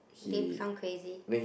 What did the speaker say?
they become crazy